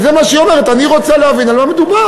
וזה מה שהיא אומרת: אני רוצה להבין על מה מדובר.